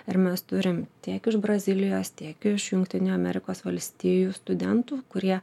ir mes turim tiek iš brazilijos tiek iš jungtinių amerikos valstijų studentų kurie